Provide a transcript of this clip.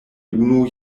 unu